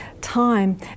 time